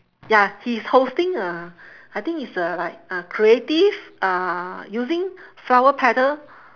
ya he is hosting a I think its a like uh creative uh using flower petal